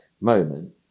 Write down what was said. moment